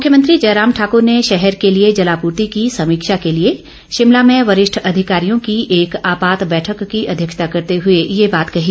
मुख्यमंत्री जयराम ठाक्र ने शहर के लिए जलापूर्ति की समीक्षा के लिए शिमला में वरिष्ठ अधिकारियों की एक आपात बैठक की अध्यक्षता करते हुए ये बात कही